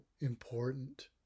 important